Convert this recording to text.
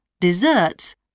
desserts